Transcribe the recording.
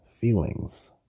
feelings